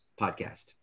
podcast